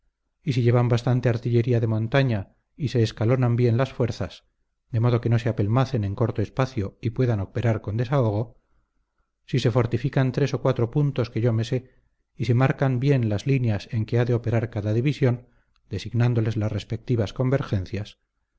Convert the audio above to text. y si llevan bastante artillería de montaña y se escalonan bien las fuerzas de modo que no se apelmacen en corto espacio y puedan operar con desahogo si se fortifican tres o cuatro puntos que yo me sé y se marcan bien las líneas en que ha de operar cada división designándoles las respectivas convergencias